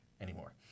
anymore